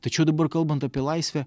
tačiau dabar kalbant apie laisvę